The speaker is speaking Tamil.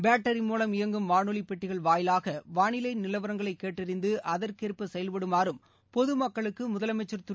பேட்டரி மூலம் இயங்கும் வானொலி பெட்டிகள் வாயிலாக வானிலை நிலவரங்களை கேட்டறிந்து அதற்கேற்ப செயல்படுமாறும் பொதுமக்களுக்கு முதலமைச்சர் திரு